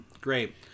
Great